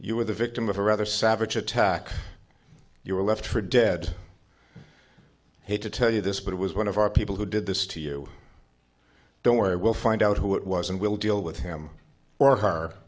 you were the victim of a rather savage attack you were left for dead hate to tell you this but it was one of our people who did this to you don't worry we'll find out who it was and we'll deal with him or her